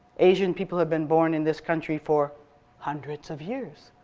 asian people have been born in this country for hundreds of years.